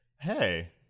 Hey